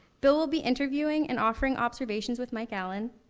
bill will be interviewing, and offering observations with mike allen,